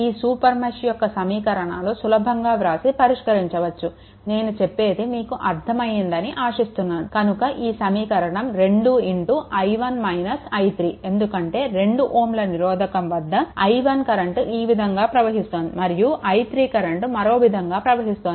ఈ super mesh యొక్క సమీకరణాలు సులభంగా వ్రాసి పరిష్కరించవచ్చు నేను చెప్పేది మీకు అర్ధం అయ్యిందని ఆశిస్తున్నాను కనుక ఈ సమీకరణం 2i1 - i3 ఎందుకంటే 2Ω నిరోధకం వద్ద i1 కరెంట్ ఈ విధంగా ప్రవహిస్తోంది మరియు ఈ i3 కరెంట్ మరో విధంగా ప్రవహిస్తోంది